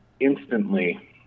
instantly